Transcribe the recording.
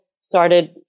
started